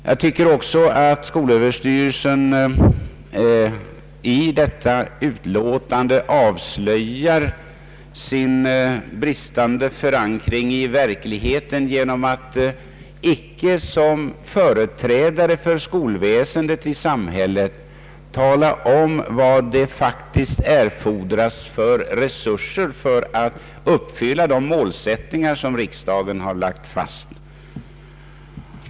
Jag tycker också att skolöverstyrelsen i detta yttrande avslöjar sin bristande förankring i verkligheten genom att icke såsom företrädare för skolväsendet i samhället tala om vilka resurser som faktiskt erfordras för att uppfylla de målsättningar som riksdagen har fastlagt.